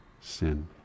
sin